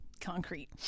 concrete